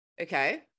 Okay